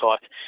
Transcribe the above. type